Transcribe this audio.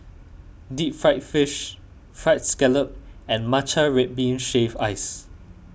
Deep Fried Fish Fried Scallop and Matcha Red Bean Shaved Ice